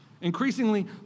Increasingly